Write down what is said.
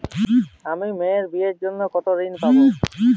আমি মেয়ের বিয়ের জন্য কি ঋণ পাবো?